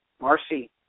Marcy